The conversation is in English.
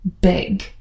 big